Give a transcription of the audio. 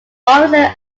always